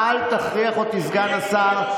סגן השר,